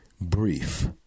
brief